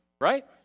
right